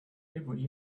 every